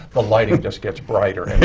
the lighting just gets brighter